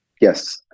Yes